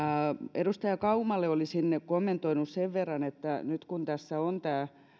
edustaja kaumalle olisin kommentoinut sen verran että nyt kun tässä on tämä